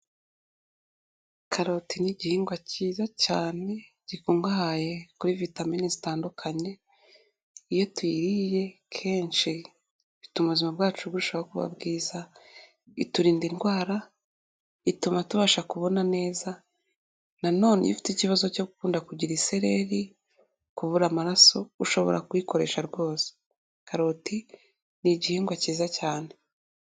Karoti ni igihingwa cyiza cyane, gikungahaye kuri vitamine zitandukanye, iyo tuyiriye kenshi bituma ubuzima bwacu burushaho kuba bwiza, iturinda indwara, ituma tubasha kubona neza nanone ifite ikibazo cyo gukunda kugira isereri, kubura amaraso ushobora kuyikoresha rwose. Karoti ni igihingwa cyiza cyane.